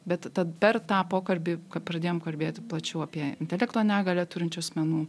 bet tad per tą pokalbį pradėjom kalbėti plačiau apie intelekto negalią turinčių asmenų